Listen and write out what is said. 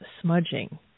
smudging